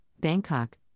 Bangkok